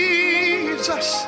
Jesus